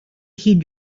heed